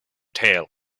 tail